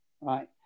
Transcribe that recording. right